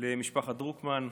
למשפחת דרוקמן.